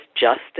justice